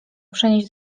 przenieść